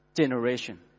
generation